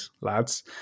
lads